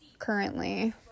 currently